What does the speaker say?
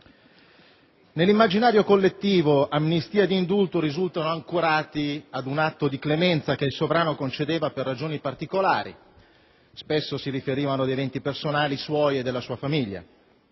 nell'immaginario collettivo, amnistia ed indulto risultano ancorati ad un atto di clemenza che il sovrano concedeva per ragioni particolari; spesso si riferivano ad eventi personali suoi e della sua famiglia.